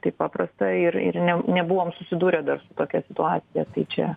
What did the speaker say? taip paprasta ir ir ne nebuvom susidūrę dar su tokia situacija čia